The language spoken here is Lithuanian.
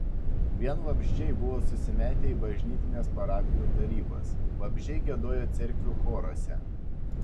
vien vabzdžiai buvo susimetę į bažnytines parapijų tarybas vabzdžiai giedojo cerkvių choruose